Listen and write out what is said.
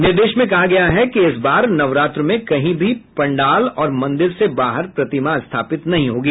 निर्देश में कहा गया है इस बार नवरात्र में कहीं भी पंडाल और मंदिर से बाहर प्रतिमा स्थापित नहीं होगी